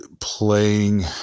playing